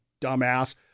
dumbass